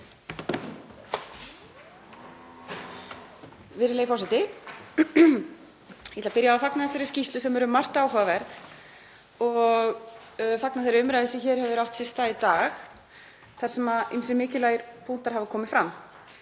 Virðulegi forseti. Ég ætla að byrja á að fagna þessari skýrslu sem er um margt áhugaverð og fagna þeirri umræðu sem hér hefur átt sér stað í dag þar sem ýmsir mikilvægir punktar hafa komið fram.